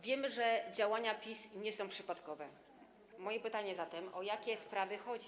Wiemy, że działania PiS nie są przypadkowe, moje pytanie zatem, o jakie sprawy chodzi.